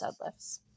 deadlifts